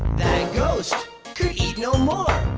ghost could eat no more,